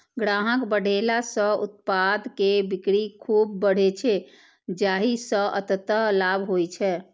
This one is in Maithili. ग्राहक बढ़ेला सं उत्पाद के बिक्री खूब बढ़ै छै, जाहि सं अंततः लाभ होइ छै